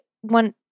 one